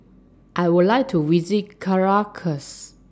I Would like to visit Caracas